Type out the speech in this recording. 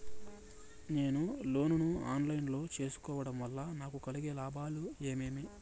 నేను లోను ను online లో సేసుకోవడం వల్ల నాకు కలిగే లాభాలు ఏమేమీ?